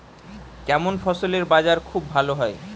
কেমন ফসলের বাজার খুব ভালো হয়?